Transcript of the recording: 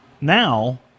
now